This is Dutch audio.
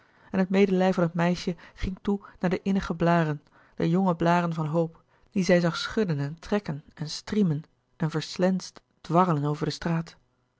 en het medelij van het meisje ging toe naar de innige blâren de jonge blâren van hoop die zij zag schudden en trekken en striemen en verslensd dwarrelen over de straat